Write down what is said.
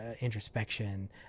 introspection